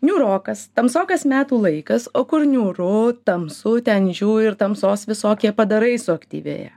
niūrokas tamsokas metų laikas o kur niūru tamsu ten žiū ir tamsos visokie padarai suaktyvėja